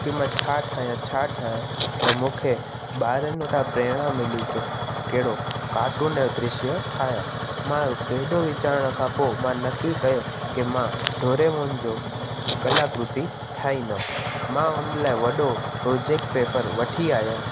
कि मां छा ठाहियां छा ठाहियां त मूंखे ॿारनि वटां प्रेरणा मिली के कहिड़ो कार्टून जो दृश्य ठाहियां मां हेॾो वीचारण खां पोइ मां नकी कयो के मां डोरेमोन जो कलाकृती ठाहींदुमि मां उन लाइ वॾो प्रोजेक्ट पेपर वठी आयुमि